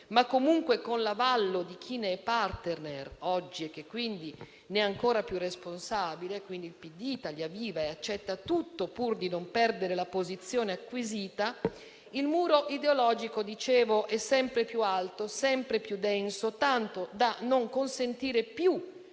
comunque con l'avallo di chi ne è *partner* oggi e che quindi ne è ancora più responsabile (quindi PD e Italia Viva) e accetta tutto pur di non perdere la posizione acquisita - è sempre più alto e più denso, tanto da non consentire più